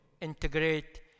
integrate